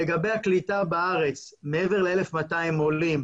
לגבי הקליטה בארץ, מעבר ל-1,200 עולים,